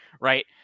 right